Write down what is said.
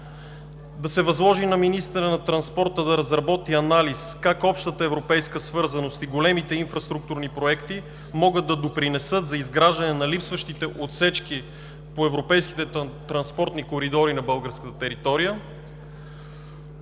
да се възложи на министъра на транспорта да разработи анализ как общата европейска свързаност и големите инфраструктурни проекти могат да допринесат за изграждане на липсващите отсечки по европейските транспортни коридори на българска територия;